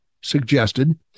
suggested